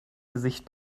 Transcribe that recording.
gesicht